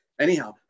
anyhow